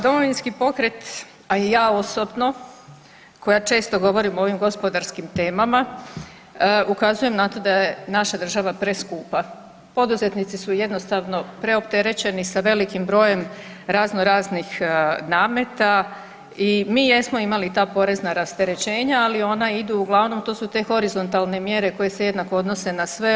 Domovinski pokret, a i ja osobno koja često govorim o ovim gospodarskim temama ukazujem na to da je naša država preskupa poduzetnici su jednostavno preopterećeni sa velikim brojem razno raznih nameta i mi jesmo imali ta porezna rasterećenja ali ona idu uglavnom, to su te horizontalne mjere koje se jednako odnose na sve.